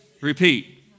repeat